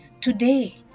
Today